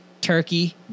turkey